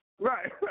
Right